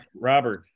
robert